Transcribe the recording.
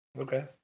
okay